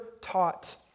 taught